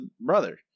brother